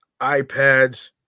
iPads